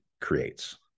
creates